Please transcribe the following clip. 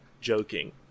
joking